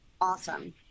Awesome